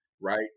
Right